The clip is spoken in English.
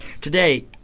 Today